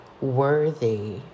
worthy